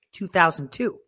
2002